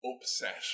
upset